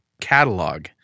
catalog